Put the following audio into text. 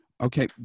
Okay